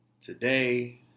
Today